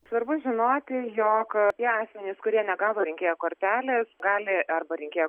svarbu žinoti jog tie asmenys kurie negavo rinkėjo kortelės gali arba rinkėjo